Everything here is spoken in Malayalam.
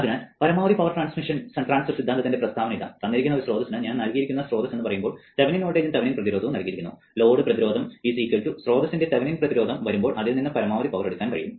അതിനാൽ പരമാവധി പവർ ട്രാൻസ്ഫർ സിദ്ധാന്തത്തിന്റെ പ്രസ്താവന ഇതാ തന്നിരിക്കുന്ന ഒരു സ്രോതസ്സിന് ഞാൻ നൽകിയിരിക്കുന്ന സ്രോതസ്സു എന്ന് പറയുമ്പോൾ തെവെനിൻ വോൾട്ടേജും തെവെനിൻ പ്രതിരോധവും നൽകിയിരിക്കുന്നു ലോഡ് പ്രതിരോധം സ്രോതസ്സിന്റെ തെവെനിൻ പ്രതിരോധം വരുമ്പോൾ അതിൽ നിന്ന് പരമാവധി പവർ എടുക്കാൻ കഴിയും